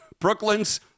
Brooklyn's